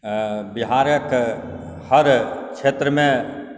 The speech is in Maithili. बिहारक हर क्षेत्रमे